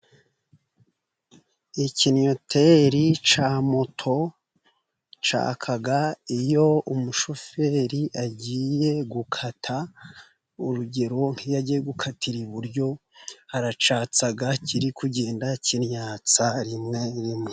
Ikinnyoteri cya moto cyaka iyo umushoferi agiye gukata. Urugero nk'iyo agiye gukatira iburyo aracyatsa, kiri kugenda kinnyatsa rimwe rimwe.